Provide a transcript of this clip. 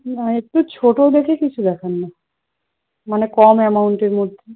না একটু ছোট দেখে কিছু দেখান না মানে কম অ্যামাউন্টের মধ্যে